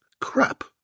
crap